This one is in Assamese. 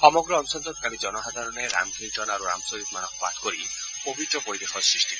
সমগ্ৰ অঞ্চলটোত কালি জনসাধাৰণে ৰাম কীৰ্তন আৰু ৰামচৰিত মানস পাঠ কৰি পৱিত্ৰ পৰিৱেশৰ সৃষ্টি কৰে